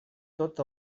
tot